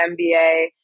MBA